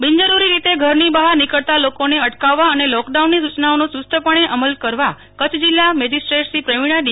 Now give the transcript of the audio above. બિનજરૂરી રીતે ઘરની બહાર નીકળતાં લોકોને અટકાવવા અને લોકડાઉનની સૂચનાઓનો યુસ્તપણે અમલ કરવા કચ્છ જિલ્લા મેજીસ્ટ્રેટશ્રી પ્રવીણા ડી